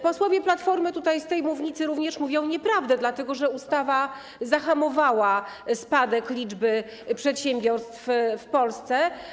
Posłowie Platformy tutaj, z tej mównicy, również mówią nieprawdę, dlatego że ustawa zahamowała spadek liczby przedsiębiorstw w Polsce.